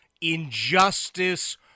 injustice